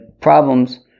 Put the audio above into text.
problems